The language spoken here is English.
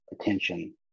attention